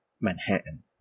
Manhattan